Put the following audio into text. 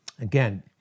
Again